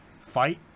fight